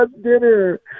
dinner